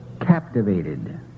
Captivated